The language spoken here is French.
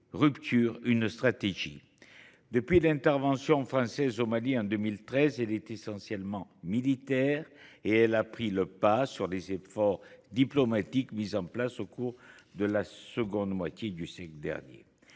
ruptures, une stratégie ? Depuis l’intervention française au Mali, en 2013, notre stratégie est essentiellement militaire, et elle a pris le pas sur les efforts diplomatiques mis en place au cours de la seconde moitié du siècle dernier.